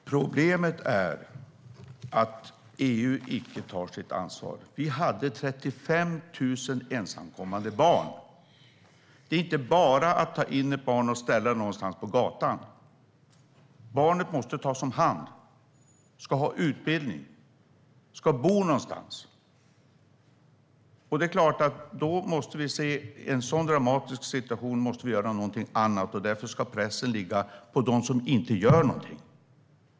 Fru talman! Problemet är att EU icke tar sitt ansvar. Vi hade 35 000 ensamkommande barn. Det är inte bara att ta in ett barn och ställa det någonstans på gatan. Barnet måste tas om hand, ska ha utbildning och ska bo någonstans. Det är klart att vi i en sådan dramatisk situation måste göra någonting annat. Därför ska pressen ligga på dem som inte gör någonting.